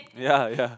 ya ya